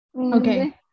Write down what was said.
okay